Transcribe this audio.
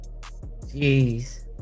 Jeez